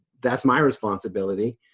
that's my responsibility.